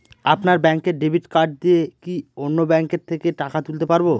আপনার ব্যাংকের debit card দিয়ে কি অন্য ব্যাংকের থেকে টাকা তুলতে পারবো?